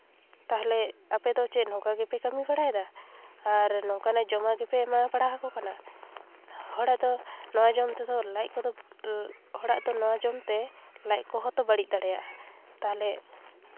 ᱛᱟᱦᱚᱞᱮ ᱟᱯᱮ ᱫᱚ ᱪᱮᱫ ᱱᱚᱝᱠᱟ ᱜᱮᱯᱮ ᱠᱟᱹᱢᱤ ᱵᱟᱲᱟᱭᱮᱫᱟ ᱟᱨ ᱱᱚᱝᱠᱟᱱᱟᱜ ᱡᱚᱢᱟᱜ ᱜᱮᱯᱮ ᱮᱢᱟ ᱵᱟᱲᱟ ᱟᱠᱚ ᱠᱟᱱᱟ ᱦᱚᱲᱟᱜ ᱫᱚ ᱱᱚᱣᱟ ᱡᱚᱢ ᱛᱮᱫᱚ ᱞᱟᱡ ᱠᱚᱫᱚ ᱦᱚᱲᱟᱜ ᱫᱚ ᱱᱚᱣᱟ ᱡᱚᱢᱛᱮ ᱞᱟᱡ ᱠᱚᱦᱚᱸ ᱛᱚ ᱵᱟᱹᱲᱤᱡ ᱫᱟᱲᱮᱭᱟᱜᱼᱟ ᱛᱟᱦᱚᱞᱮ